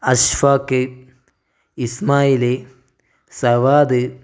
Ashwaq Ismail Savad